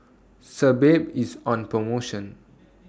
Sebamed IS on promotion